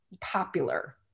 popular